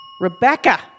Rebecca